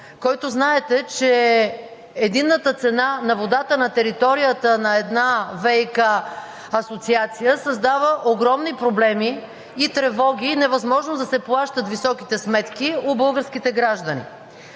който, знаете, че единната цена на водата на територията на една ВиК асоциация създава огромни проблеми и тревоги и невъзможност да се плащат високите сметки от българските граждани.